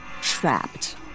trapped